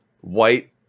White